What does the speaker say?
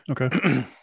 Okay